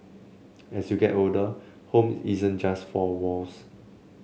as you get older home isn't just four walls